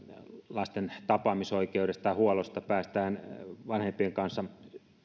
lasten tapaamisoikeudesta ja huollosta päästään vanhempien kanssa